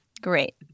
Great